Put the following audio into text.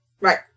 Right